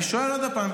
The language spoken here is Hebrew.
אני שואל עוד פעם,